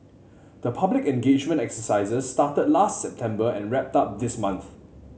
the public engagement exercises started last September and wrapped up this month